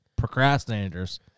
procrastinators